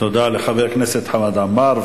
תודה לחבר הכנסת חמד עמאר,